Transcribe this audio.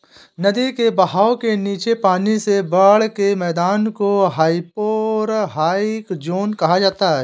नदी के बहाव के नीचे पानी से बाढ़ के मैदान को हाइपोरहाइक ज़ोन कहा जाता है